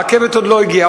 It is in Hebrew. הרכבת עוד לא הגיעה,